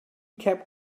kept